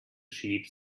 sheep